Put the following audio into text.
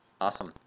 Awesome